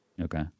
Okay